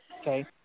Okay